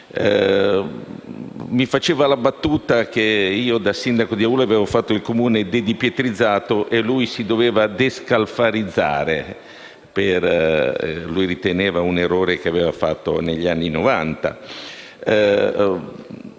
Mi faceva la battuta che io da sindaco di Aulla avevo fatto il Comune dedipietrizzato e lui si doveva descalfarizzare: lo riteneva un errore che aveva fatto negli anni